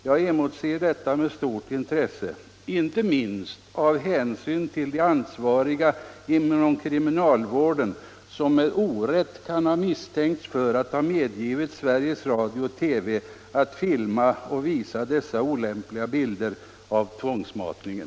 Jag emotser detta med stort intresse, inte minst av hänsyn till de ansvariga inom kriminalvården, som med orätt kan ha misstänkts för att ha medgivit Sveriges Radio/TV att filma och visa dessa olämpliga bilder av tvångsmatningen.